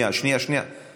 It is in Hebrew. שנייה, שנייה, שנייה.